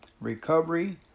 recovery